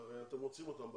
כי הרי אתם רוצים אותם בעבודה,